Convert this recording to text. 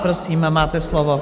Prosím, máte slovo.